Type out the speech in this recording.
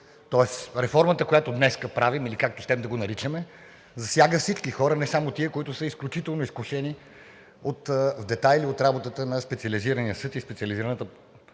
тоест реформата, която правим днес, или както ще да го наричаме, засяга всички хора, не само тия, които са изключително изкушени от детайли в работата на работата на Специализирания съд и Специализираната